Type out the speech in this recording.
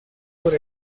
por